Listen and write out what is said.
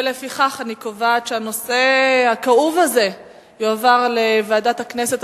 לפיכך אני קובעת שהנושא הכאוב הזה יועבר לוועדת הכנסת,